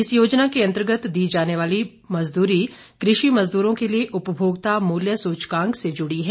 इस योजना के अंतर्गत दी जाने वाली मजदूरी कृषि मजदूरों के लिए उपभोक्ता मूल्य सूचकांक से जुड़ी है